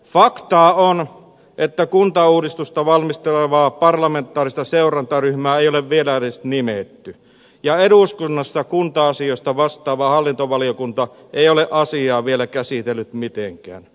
faktaa on että kuntauudistusta valmistelevaa parlamentaarista seurantaryhmää ei ole vielä edes nimetty ja eduskunnassa kunta asioista vastaava hallintovaliokunta ei ole asiaa vielä käsitellyt mitenkään